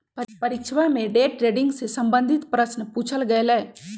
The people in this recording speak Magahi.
परीक्षवा में डे ट्रेडिंग से संबंधित प्रश्न पूछल गय लय